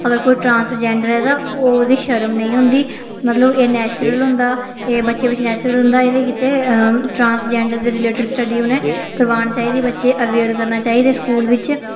अगर कोई ट्रांसजेंडर ऐ तां ओह्दी शर्म नेईं होंदी मतलब एह् नैचुरल होंदा एह् बच्चे बिच नैचुरल होंदा एह्दे गितै ट्रांसजेंडर दे रिलेटड स्टड्डी उ'नै करवानी चाहिदी बच्चे अवेयर करना चाहिदे स्कूल बिच